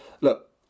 look